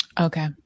Okay